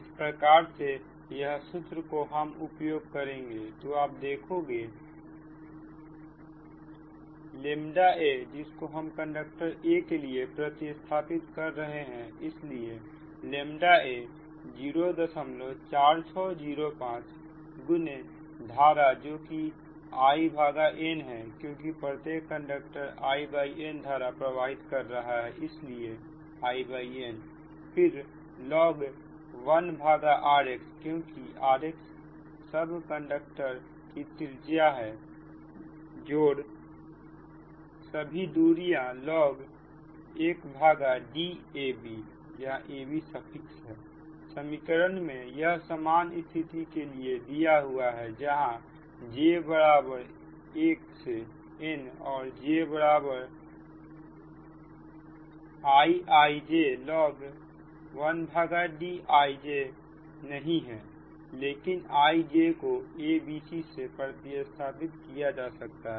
इस प्रकार से यह सूत्र को हम उपयोग करें तो आप देखोगे aजिसको हम कंडक्टर a के लिए प्रतिस्थापित कर रहे हैं इसलिए a04605 गुने धारा जो कि In है क्योंकि प्रत्येक कंडक्टर In धारा प्रवाहित कर रही है इसलिए In फिर log 1rx' क्योंकि rxसब कंडक्टर की त्रिज्या है जोड़ सभी दूरियां log1 Dabसमीकरण में यह सामान्य स्थिति के लिए दिया हुआ है जहां j1 से n और jIijlog1Dijलेकिन ij को a bc से प्रतिस्थापित किया जा सकता है